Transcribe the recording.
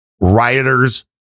rioters